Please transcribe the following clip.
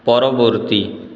পরবর্তী